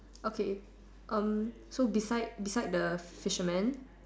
okay um so beside beside the fisherman